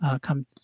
come